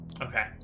Okay